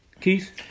Keith